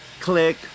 Click